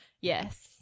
yes